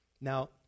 Now